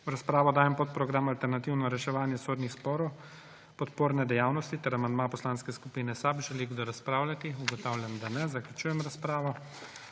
V razpravo dajem podprogram Alternativno reševanje sodnih sporov – podporne dejavnosti ter amandma Poslanske skupine SAB. Želi kdo razpravljati? Ugotavljam, da ne. Zaključujem razpravo.